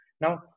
Now